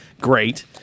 great